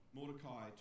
Mordecai